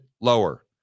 lower